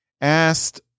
asked